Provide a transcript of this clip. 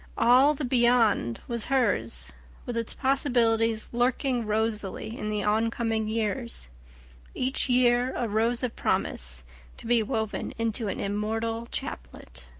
all the beyond was hers with its possibilities lurking rosily in the oncoming years each year a rose of promise to be woven into an immortal chaplet.